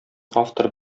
автор